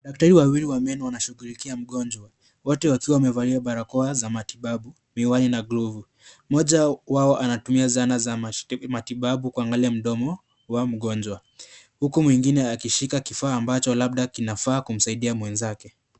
Daktari wawili wa meno wanashughulikia mgonjwa, wote wakiwa wamevalia barakoa za matibabu, miwani na glovu. Mmoja wao anatumia zana za matibabu kuangalia mdomo wa mgonjwa huku mwengine akishika kifaa ambacho labda kinafaa kumsaidia mwenzake.